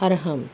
ارہم